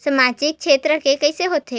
सामजिक क्षेत्र के कइसे होथे?